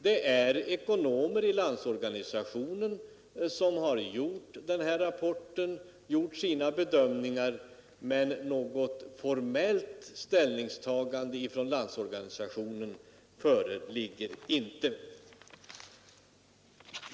Det är ekonomer i LO som har gjort sina bedömningar och avgivit den här rapporten. Men något formellt ställningstagande från LO föreligger inte.